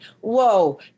Whoa